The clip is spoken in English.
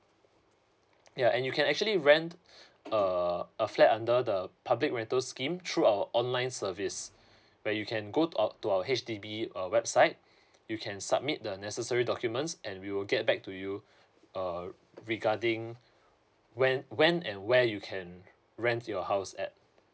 ya and you can actually rent a a flat under the public rental scheme through our online service where you can go out to our H_D_B uh website you can submit the necessary documents and we will get back to you uh regarding when when and where you can rent your house at